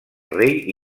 rei